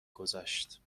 گذشت